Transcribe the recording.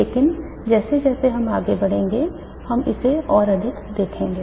लेकिन जैसे जैसे हम आगे बढ़ेंगे हम इसे और अधिक देखेंगे